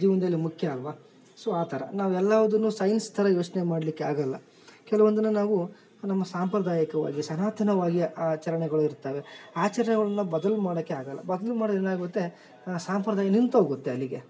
ಜೀವನದಲ್ಲಿ ಮುಖ್ಯ ಅಲ್ವ ಸೊ ಆ ಥರ ನಾವು ಎಲ್ಲವುದ್ದುನ್ನು ಸೈನ್ಸ್ ಥರ ಯೋಚನೆ ಮಾಡಲಿಕ್ಕೆ ಆಗೋಲ್ಲ ಕೆಲವೊಂದನ್ನು ನಾವು ನಮ್ಮ ಸಾಂಪ್ರದಾಯಕವಾಗಿ ಸನಾತನವಾಗಿ ಆಚರಣೆಗಳು ಇರ್ತವೆ ಆಚರಣೆಗಳನ್ನು ಬದಲ್ ಮಾಡೋಕ್ಕೆ ಆಗೋಲ್ಲ ಬದಲು ಮಾಡ್ರೆ ಏನಾಗುತ್ತೆ ಸಂಪ್ರದಾಯ ನಿಂತು ಹೋಗುತ್ತೆ ಅಲ್ಲಿಗೆ